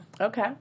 Okay